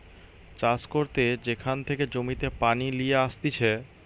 চাষ করতে যেখান থেকে জমিতে পানি লিয়ে আসতিছে